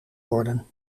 worden